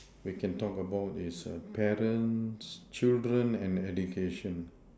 we can talk about is parents children and education